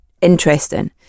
interesting